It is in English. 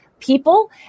people